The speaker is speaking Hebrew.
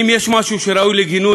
אם יש משהו שראוי לגינוי,